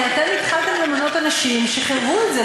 כי אתם התחלתם למנות אנשים שחירבו את זה,